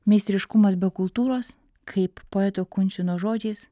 meistriškumas be kultūros kaip poeto kunčino žodžiais